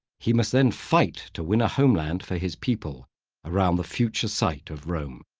he must then fight to win a homeland for his people around the future sight of rome.